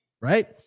right